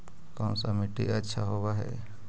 कोन सा मिट्टी अच्छा होबहय?